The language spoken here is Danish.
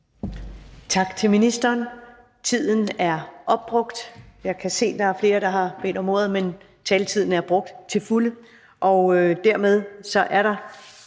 Tak til ministeren. Tiden er opbrugt. Jeg kan se, at der er flere, der har bedt om ordet, men taletiden er brugt til fulde. Dermed er